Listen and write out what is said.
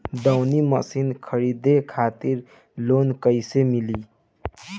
दऊनी मशीन खरीदे खातिर लोन कइसे मिली?